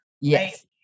Yes